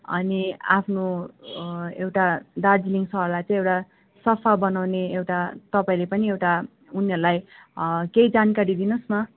अनि आफ्नो एउटा दार्जिलिङ सहरलाई चाहिँ एउटा सफा बनाउने एउटा तपाईँले पनि एउटा उनीहरूलाई केही जानकारी दिनुहोस् न